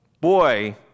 boy